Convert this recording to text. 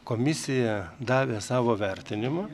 komisija davė savo vertinimą